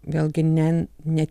vėlgi ne ne